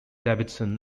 davidson